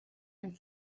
and